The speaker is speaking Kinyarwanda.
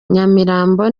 nyamirambo